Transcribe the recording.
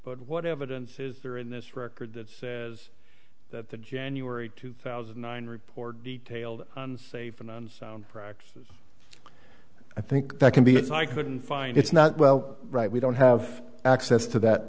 but what evidence is there in this record that is that the january two thousand and nine report detailed unsafe and unsound practices i think that can be i couldn't find it's not well right we don't have access to that